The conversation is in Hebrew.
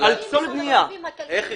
איך החרמת?